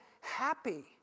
happy